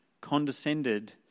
condescended